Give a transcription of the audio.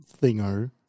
thingo